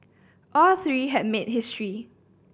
all three have made history